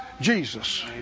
Jesus